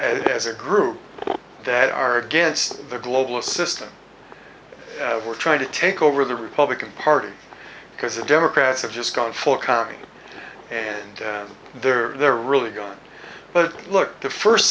as a group that are against the global system we're trying to take over the republican party because the democrats have just gone for congress and they're they're really going but look the first